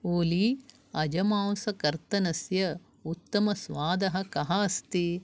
ओली अजमांसकर्तनस्य उत्तमस्वादः कः अस्ति